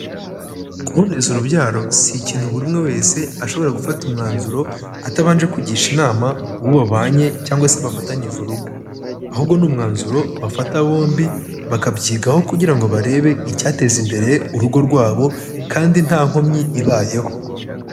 Kuboneza urubyaro si ikintu buri umwe wese ashobora gufata umwanzuro, atabanje kugisha inama uwo babanye, cyangwa se bafatanyije urugo ahubwo ni umwanzuro bafata bombi, bakabyigaho kugira ngo barebe icyateza imbere urugo rwabo kandi nta nkomyi ibayeho.